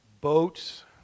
boats